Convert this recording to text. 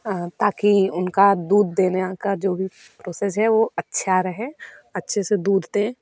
ताकि उनका दूध देने का जो भी प्रोसेस है वह अच्छा रहे अच्छे से दूध दें